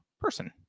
person